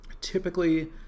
typically